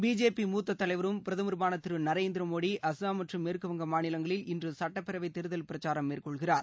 BJP மூத்த தலைவரும் பிரதமருமான திரு நரேந்திர மோடி அஸ்ஸாம் மற்றும் மேற்குவங்க மாநிலங்களில் இன்று சட்டப்பேரவைத் தேர்தல் பிரச்சாரம் மேற்கொள்கிறார்